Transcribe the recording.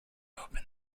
open